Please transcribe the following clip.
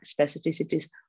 specificities